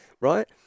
right